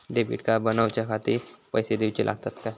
Debit card बनवण्याखाती पैसे दिऊचे लागतात काय?